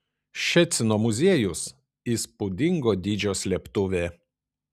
ščecino muziejus įspūdingo dydžio slėptuvė